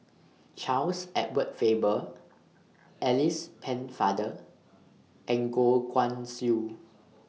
Charles Edward Faber Alice Pennefather and Goh Guan Siew